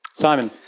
simon?